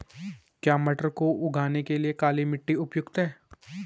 क्या मटर को उगाने के लिए काली मिट्टी उपयुक्त है?